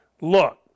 Look